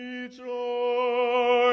rejoice